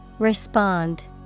Respond